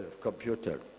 computer